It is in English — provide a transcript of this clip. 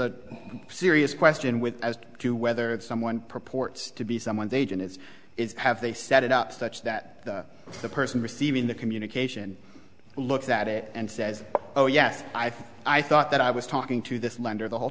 a serious question with as to whether it's someone purports to be someone's agent it's have they set it up such that the person receiving the communication looks at it and says oh yes i think i thought that i was talking to this lender the whole